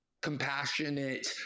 compassionate